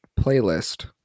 playlist